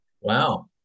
Wow